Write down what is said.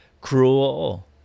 cruel